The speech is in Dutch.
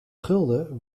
gulden